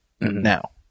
now